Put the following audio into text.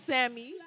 Sammy